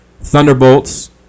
Thunderbolts